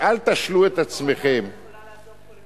ד"ר אדטו יכולה לעזור פה לכולם.